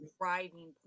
driving